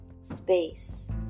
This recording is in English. space